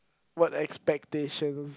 what expectation